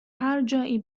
هرجایی